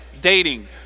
dating